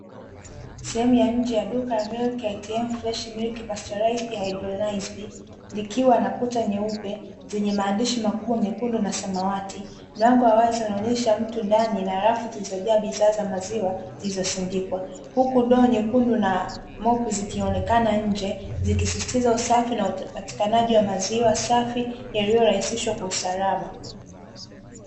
Sehemu ya nje ya duka la "MILK ATM Fresh MILK", likiwa nakuta nyeupe zenye maandishi makubwa mekundu na samawati, mlango wa wazi unaonyesha mtu ndani na rafu zilizojaa bidhaa za maziwa zilizo sindikwa, huku ndoo nyekundu na ufagio zikionekana nje zikisisitiza usafi na upatikanaji wa maziwa safi yaliyorahisishwa kwa usalama.